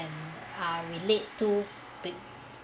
~an ah relate to be~